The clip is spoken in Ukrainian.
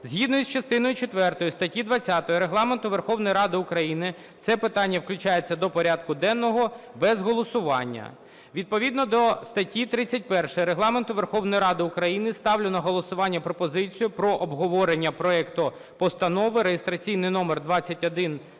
Згідно із частиною четвертою статті 20 Регламенту Верховної Ради України це питання включається до порядку денного без голосування. Відповідно до статті 31 Регламенту Верховної Ради України ставлю на голосування пропозицію про обговорення проекту Постанови (реєстраційний номер 2127)